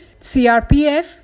CRPF